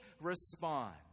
respond